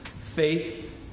faith